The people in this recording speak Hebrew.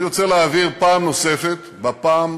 אני רוצה להבהיר פעם נוספת, בפעם